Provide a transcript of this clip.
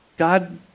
God